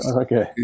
Okay